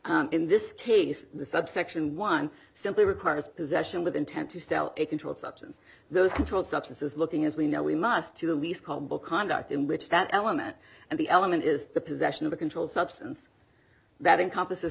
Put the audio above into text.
in this case the subsection one simply requires possession with intent to sell a controlled substance those controlled substances looking as we know we must to at least call bill conduct in which that element and the element is the possession of a controlled substance that encompasses